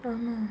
(uh huh)